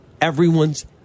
everyone's